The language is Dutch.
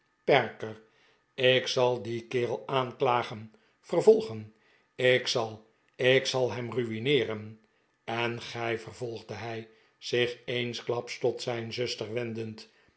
perker ik zal dien kerel aanklagen vervoigen ik zal ik zal hem ruineeren en gij vervolgde hij zich eensklaps tot zijn zuster wendend